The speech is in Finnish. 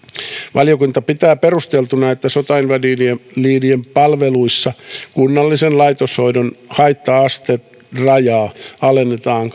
valiokunta pitää perusteltuna että sotainvalidien palveluissa kunnallisen laitoshoidon haitta asterajaa alennetaan